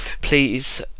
please